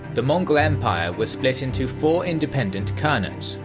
the mongol empire was split into four independent khanates,